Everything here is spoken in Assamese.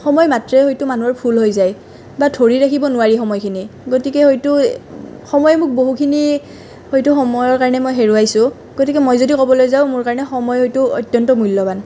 সময় মাত্ৰেই হয়তো মানুহৰ ভুল হৈ যায় বা ধৰি ৰাখিব নোৱাৰি সময়খিনি গতিকে হয়তো সময়ে মোক বহুতখিনি হয়তো সময়ৰ কাৰণে মই হেৰুৱাইছোঁ গতিকে মই যদি ক'বলৈ যাওঁ মোৰ কাৰণে সময় হয়তো অত্যন্ত মূল্যৱান